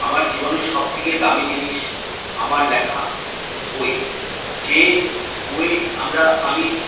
আমার জীবনের সবথেকে দামী জিনিস আমার লেখা বই যে বই আমরা আমি